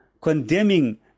condemning